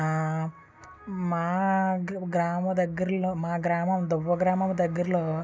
మా గ్రామ దగ్గరలో మా గ్రామం దువ్వ గ్రామం దగ్గర్లో